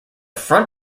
front